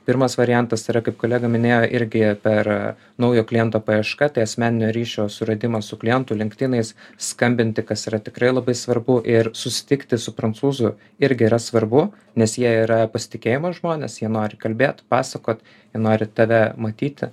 pirmas variantas yra kaip kolega minėjo irgi per naujo kliento paieška tai asmeninio ryšio suradimas su klientu linktinais skambinti kas yra tikrai labai svarbu ir susitikti su prancūzu irgi yra svarbu nes jie yra pasitikėjimo žmonės jie nori kalbėt pasakot jie nori tave matyti